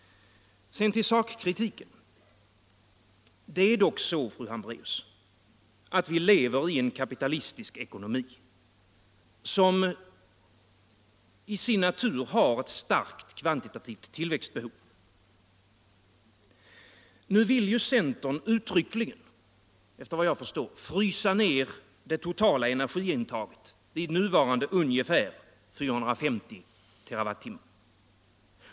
Sedan till sakkritiken. Det är dock så, fru Hambraeus, att vi lever i en kapitalistisk ekonomi som i sin natur har ett starkt kvantitativt tilläggsbehov. Nu vill centern uttryckligen, efter vad jag förstår, frysa ned det totala energiintaget vid nuvarande ungefär 450 TWh.